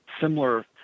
similar